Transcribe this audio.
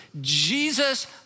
Jesus